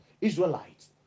Israelites